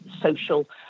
social